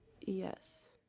yes